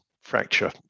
fracture